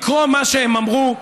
לקרוא מה שהם אמרו,